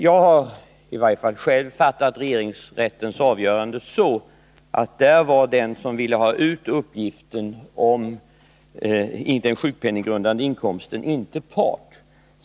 Jag har själv fattat regeringsrättens avgörande så, att där var den som ville ha ut uppgiften om den sjukpenninggrundande inkomsten inte part.